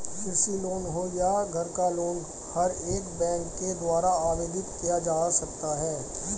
कृषि लोन हो या घर का लोन हर एक बैंक के द्वारा आवेदित किया जा सकता है